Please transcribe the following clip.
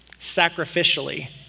sacrificially